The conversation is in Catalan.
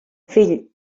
fill